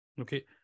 Okay